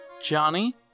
Johnny